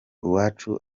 uwacu